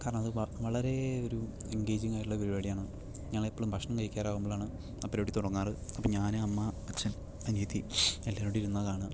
കാരണം അത് വളരേ ഒരു എൻഗേജിങ്ങ് ആയിട്ടുള്ള പരിപാടിയാണ് ഞങ്ങൾ എപ്പോഴും ഭക്ഷണം കഴിക്കാറ് ആകുമ്പോഴാണ് ആ പരിപാടി തുടങ്ങാറ് അപ്പോൾ ഞാൻ അമ്മ അച്ഛൻ അനിയത്തി എല്ലാവരും കൂടെ ഇരുന്നാ കാണുക